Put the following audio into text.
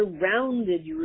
surrounded